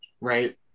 Right